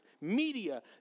media